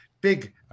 Big